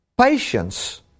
Patience